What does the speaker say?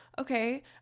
okay